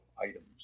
items